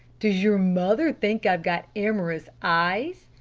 does your mother. think i've got amorous eyes?